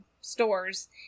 stores